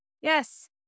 Yes